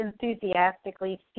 enthusiastically